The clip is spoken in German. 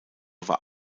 war